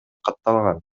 катталган